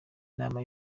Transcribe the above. inama